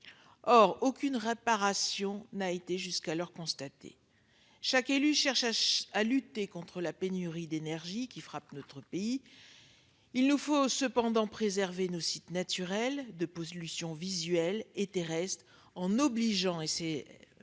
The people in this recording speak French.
aucune réparation n'a été constatée jusqu'à présent. Chaque élu cherche à lutter contre la pénurie d'énergie qui frappe notre pays. Il nous faut cependant préserver nos sites naturels d'une pollution visuelle et terrestre, en obligeant les